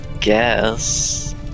guess